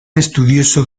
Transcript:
estudioso